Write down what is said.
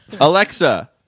Alexa